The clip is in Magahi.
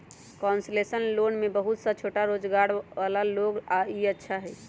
कोन्सेसनल लोन में बहुत सा छोटा रोजगार वाला लोग ला ई अच्छा हई